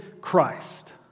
Christ